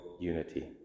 unity